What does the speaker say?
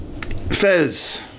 Fez